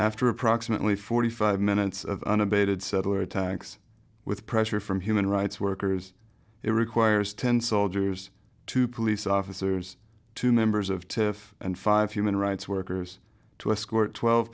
after approximately forty five minutes of unabated settler attacks with pressure from human rights workers it requires ten soldiers two police officers two members of to and five human rights workers to escort twelve